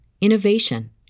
innovation